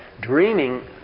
dreaming